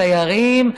הדיירים,